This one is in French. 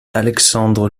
alexandre